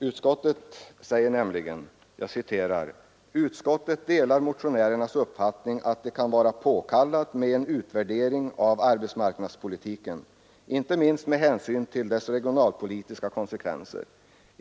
Utskottet säger: ”Utskottet delar motionärernas uppfattning att det kan vara påkallat med en utvärdering av arbetsmarknadspolitiken, inte minst med hänsyn till dess regionalpolitiska konsekvenser.